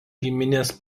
giminės